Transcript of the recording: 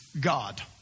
God